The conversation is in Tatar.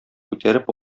күтәреп